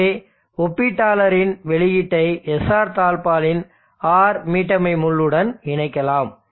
எனவே ஒப்பீட்டாளரின் வெளியீட்டை SR தாழ்ப்பாளின் R மீட்டமை முள் உடன் இணைக்கலாம்